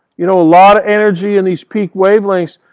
you know a lot of energy in these peak wavelengths,